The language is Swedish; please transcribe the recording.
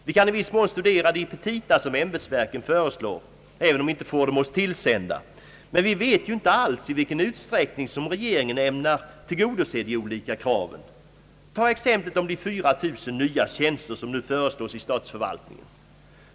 Vi kan i viss mån studera de petita som ämbetsverken framlägger även om vi inte får dem oss tillsända, men vi vet ju inte alls i vilken utsträckning regeringen ämnar tillgodose de olika kraven. Ta exemplet om de 4000 nya tjänster, som nu föreslås i statsförvaltningen.